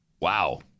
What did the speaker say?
Wow